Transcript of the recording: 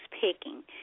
picking